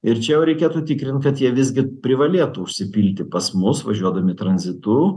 ir čia jau reikėtų tikrint kad jie visgi privalėtų užsipilti pas mus važiuodami tranzitu